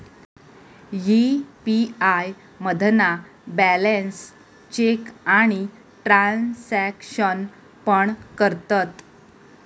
UPI मधना balance check आणि transaction पण करतत